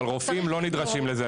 אבל רופאים לא נדרשים לזה,